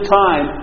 time